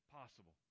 possible